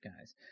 guys